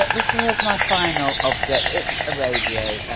this here's my final object. it's a radio.